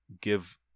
give